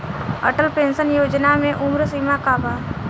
Atal pension Yojana मे उम्र सीमा का बा?